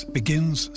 begins